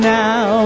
now